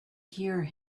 hear